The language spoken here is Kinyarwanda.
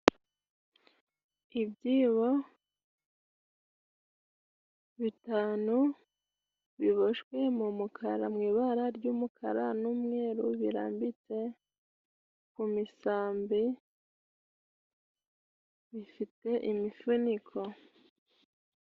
Ibyibo bitanu biboshywe mu mukara mu ibara ry'umukara n'umweru birambitse mu misambi bifite imifuniko.